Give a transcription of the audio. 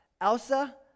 Elsa